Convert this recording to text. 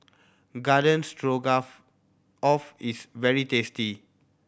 Garden Stroganoff Off is very tasty